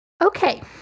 Okay